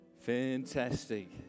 Fantastic